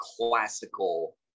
classical